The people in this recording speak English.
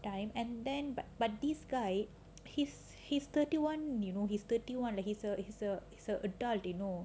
time and then but but thi~ this guy he's he's thirty one you know he's thirty one like he i~ is an adult you know